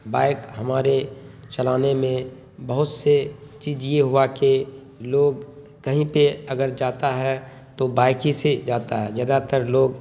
bike ہمارے چلانے میں بہت سے چیز یہ ہوا کہ لوگ کہیں پہ اگر جاتا ہے تو بائک ہی سے جاتا ہے زیادہ تر لوگ